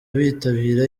bitabira